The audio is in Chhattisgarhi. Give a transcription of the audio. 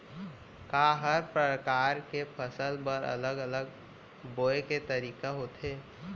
का हर प्रकार के फसल बर अलग अलग बोये के तरीका होथे?